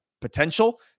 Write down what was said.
potential